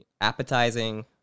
appetizing